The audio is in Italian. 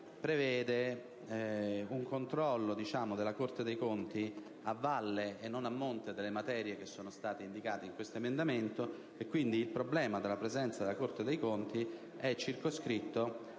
prevede un controllo della Corte dei conti a valle e non a monte delle materie che sono state indicate in questo emendamento; quindi, il problema della presenza della Corte dei conti è circoscritto